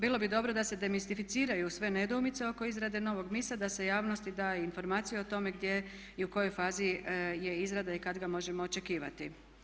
Bilo bi dobro da se demistificiraju sve nedoumice oko izrade novog MIS-a da se javnosti da informacija o tome gdje i u kojoj fazi je izrada i kad ga možemo očekivati.